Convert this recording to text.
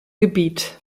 gebiet